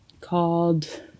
called